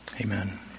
Amen